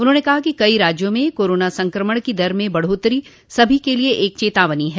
उन्होंने कहा कि कई राज्यों में कोरोना संकमण की दर में बढ़ोत्तरी सभी के लिए एक चेतावनी है